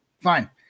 Fine